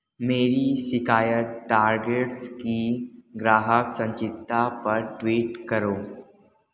मेरी शिकायत टार्गेट्स की ग्राहक संचिता पर ट्वीट करो